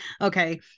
Okay